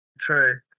True